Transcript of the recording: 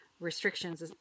restrictions